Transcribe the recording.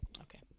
Okay